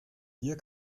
hier